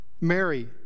Mary